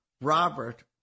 Robert